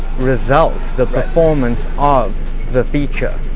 result. the performance of the feature,